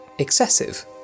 excessive